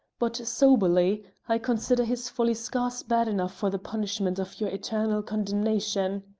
but soberly, i consider his folly scarce bad enough for the punishment of your eternal condemnation.